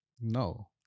no